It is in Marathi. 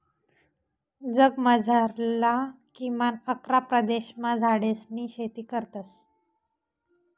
जगमझारला किमान अकरा प्रदेशमा झाडेसनी शेती करतस